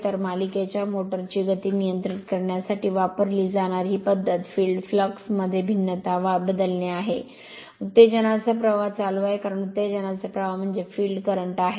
तर मालिकेच्या मोटर ची गती नियंत्रित करण्यासाठी वापरली जाणारी ही पद्धत फील्ड फ्लक्स मध्ये भिन्नता बदलणे आहे उत्तेजनाचा प्रवाह चालू आहे कारण उत्तेजनाचा प्रवाह म्हणजे फील्ड करंट आहे